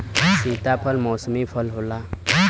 सीताफल मौसमी फल होला